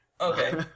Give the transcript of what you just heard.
Okay